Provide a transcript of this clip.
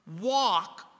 walk